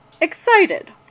excited